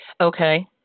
Okay